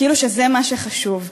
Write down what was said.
כאילו שזה מה שחשוב.